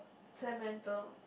Samantha